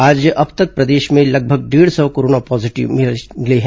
आज अब तक प्रदेश में लगभग डेढ़ सौ कोरोना पॉजीटिव मरीज मिले हैं